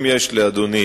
אם יש לאדוני